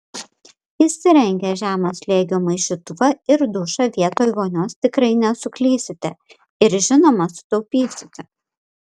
įsirengę žemo slėgio maišytuvą ir dušą vietoj vonios tikrai nesuklysite ir žinoma sutaupysite